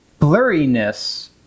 blurriness